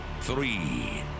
three